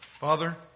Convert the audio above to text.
Father